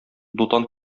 дутан